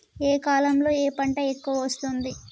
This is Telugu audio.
ఏ కాలంలో ఏ పంట ఎక్కువ వస్తోంది?